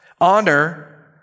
Honor